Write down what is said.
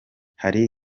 hari